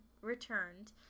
returned